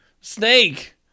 snake